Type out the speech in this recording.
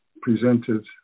presented